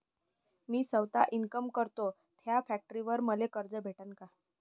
मी सौता इनकाम करतो थ्या फॅक्टरीवर मले कर्ज भेटन का?